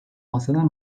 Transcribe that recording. bahseder